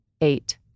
Eight